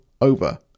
over